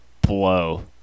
blow